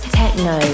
techno